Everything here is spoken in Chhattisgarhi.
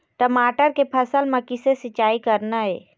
टमाटर के फसल म किसे सिचाई करना ये?